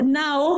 now